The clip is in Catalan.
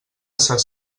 ses